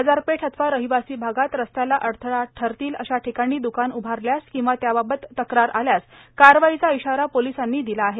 बाजारपेठ अथवा रहिवासी भागात रस्त्याला अडथळा ठरतील अशा ठिकाणी द्कान उभारल्यास किंया त्याबाबत तक्रार आल्यास कारवाईचा इशारा पोलिसांनी दिला आहे